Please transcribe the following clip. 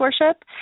worship